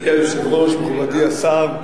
גברתי היושבת-ראש, מכובדי השרים,